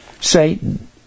Satan